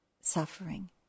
suffering